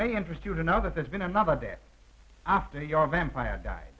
may interest you to know that there's been another there after your vampire